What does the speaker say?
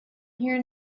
here